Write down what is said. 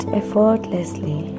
effortlessly